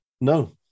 No